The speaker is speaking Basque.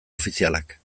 ofizialak